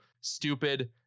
stupid